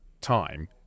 time